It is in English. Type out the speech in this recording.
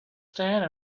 stand